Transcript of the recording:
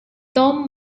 tom